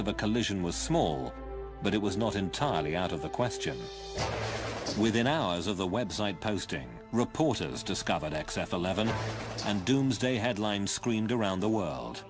of a collision was small but it was not entirely out of the question within hours of the website posting reporters discovered accept eleven and doomsday headlines screened around the world